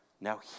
Now